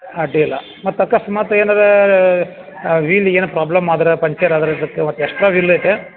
ಹಾಂ ಅಡ್ಡಿಯಿಲ್ಲ ಮತ್ತು ಅಕಸ್ಮಾತ್ ಏನರೂ ವೀಲಿಗೆ ಏನು ಪ್ರಾಬ್ಲಮ್ ಆದ್ರೆ ಪಂಚರ್ ಆದ್ರೆ ಮತ್ತೆ ಎಕ್ಸ್ಟ್ರಾ ವೀಲ್ ಐತೆ